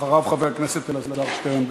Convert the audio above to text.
אחריו, חבר הכנסת אלעזר שטרן.